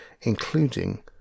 including